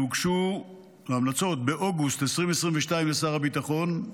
ההמלצות הוגשו באוגוסט 2022 לשר הביטחון,